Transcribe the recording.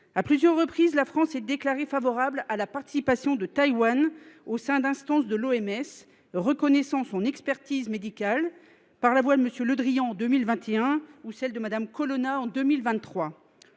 À plusieurs reprises, la France s’est déclarée favorable à la participation de Taïwan au sein d’instances de l’OMS, reconnaissant son expertise médicale, par la voix de M. Le Drian en 2021 ou celle de Mme Colonna en 2023.